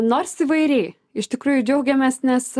nors įvairiai iš tikrųjų džiaugiamės nes